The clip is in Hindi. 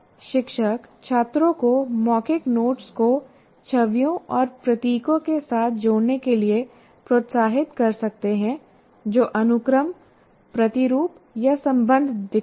शिक्षक छात्रों को मौखिक नोट्स को छवियों और प्रतीकों के साथ जोड़ने के लिए प्रोत्साहित कर सकते हैं जो अनुक्रम प्रतिरूप या संबंध दिखाते हैं